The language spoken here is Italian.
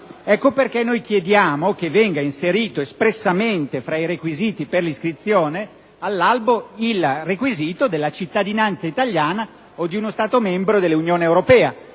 Ecco perché noi chiediamo che venga inserito espressamente fra i requisiti per l'iscrizione all'albo il requisito della cittadinanza italiana o di uno Stato membro dell'Unione europea.